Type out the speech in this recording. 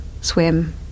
swim